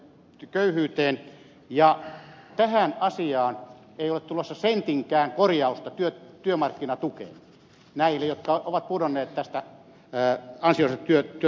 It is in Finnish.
se on pääsyyllinen köyhyyteen ja tähän asiaan ei ole tulossa sentinkään korjausta työmarkkinatukeen näille jotka ovat pudonneet tästä ansiosidonnaisesta työttömyysturvasta